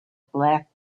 black